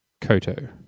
Koto